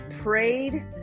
prayed